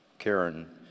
Karen